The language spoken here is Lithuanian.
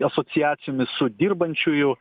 asociacijomis su dirbančiųjų